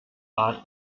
are